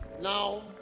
Now